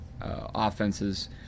offenses